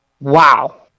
wow